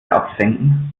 absenken